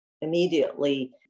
immediately